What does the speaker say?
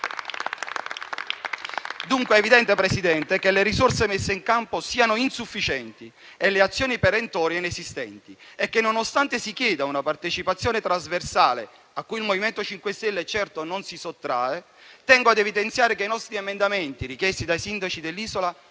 È evidente, Presidente, che le risorse messe in campo sono insufficienti e le azioni perentorie inesistenti, e, nonostante si chieda una partecipazione trasversale, a cui il MoVimento 5 Stelle, certo, non si sottrae, tengo a evidenziare che i nostri emendamenti, richiesti dai sindaci dell'isola,